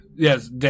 Yes